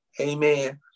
Amen